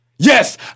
Yes